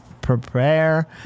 prepare